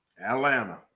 Atlanta